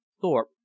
Thorpe